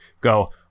go